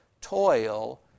toil